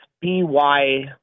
B-Y